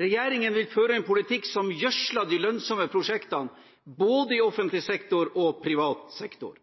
Regjeringen vil føre en politikk som gjødsler de lønnsomme prosjektene, både i offentlig sektor og privat sektor.